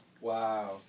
Wow